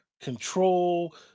control